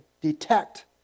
detect